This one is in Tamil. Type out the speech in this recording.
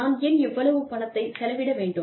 நாம் ஏன் இவ்வளவு பணத்தைச் செலவிட வேண்டும்